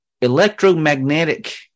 Electromagnetic